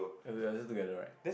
they are still together right